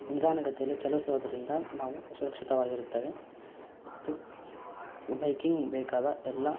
ನಿಧಾನಗತಿಯಲ್ಲಿ ಚಲಿಸೋದರಿಂದ ನಾವು ಸುರಕ್ಷಿತವಾಗಿರುತ್ತೇವೆ ಮತ್ತು ಬೈಕಿಂಗ್ಗೆ ಬೇಕಾದ ಎಲ್ಲ